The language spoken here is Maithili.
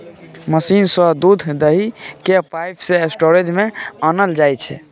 मशीन सँ दुध दुहि कए पाइप सँ स्टोरेज मे आनल जाइ छै